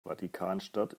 vatikanstadt